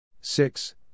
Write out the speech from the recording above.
six